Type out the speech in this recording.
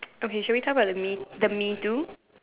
okay should we talk about the me the MeToo